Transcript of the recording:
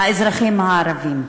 האזרחים הערבים?